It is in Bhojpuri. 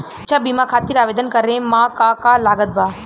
शिक्षा बीमा खातिर आवेदन करे म का का लागत बा?